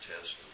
test